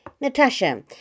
Natasha